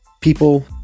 People